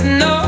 no